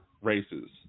races